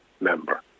member